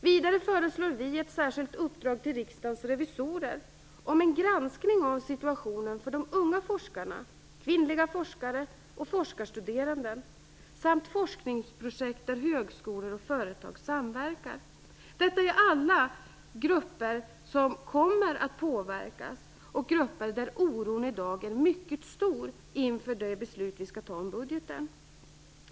Vidare föreslår vi ett särskilt uppdrag till riksdagens revisorer om en granskning av situationen för unga forskarna, kvinnliga forskare och forskarstuderanden samt forskningsprojekt där högskolor och företag samverkar. Alla dessa grupper kommer att påverkas, och oron i dag är mycket stor inför det beslut som vi skall fatta om budgeten.